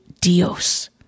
Dios